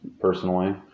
personally